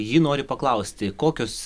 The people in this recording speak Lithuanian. ji nori paklausti kokios